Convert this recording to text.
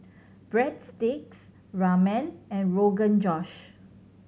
Breadsticks Ramen and Rogan Josh